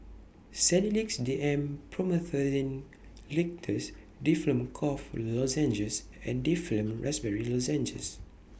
Sedilix D M Promethazine Linctus Difflam Cough Lozenges and Difflam Raspberry Lozenges